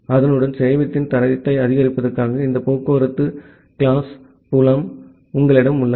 அதனுடன் சேவையின் தரத்தை ஆதரிப்பதற்காக இந்த போக்குவரத்து வகுப்பு புலம் உங்களிடம் உள்ளது